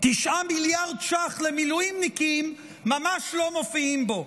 9 מיליארד ש"ח למילואימניקים ממש לא מופיעים בו.